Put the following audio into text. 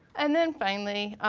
and then finally,